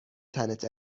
تنت